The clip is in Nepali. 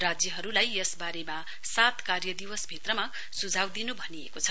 राज्यहरुलाई यस बारेमा सात कार्यदिवसभित्रमा सुझाउ दिनु भनिएको छ